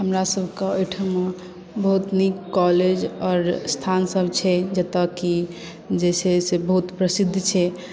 हमरा सबके ओहिठमा बहुत नीक कॉलेज आओर स्थान सब छै जतय की जे छै से बहुत प्रसिद्ध छै